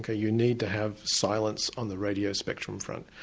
ah you need to have silence on the radio spectrum front.